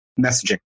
messaging